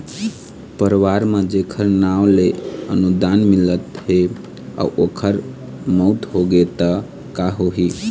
परवार म जेखर नांव ले अनुदान मिलत हे अउ ओखर मउत होगे त का होही?